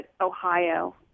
Ohio